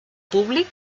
públic